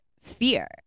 fear